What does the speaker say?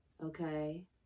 Okay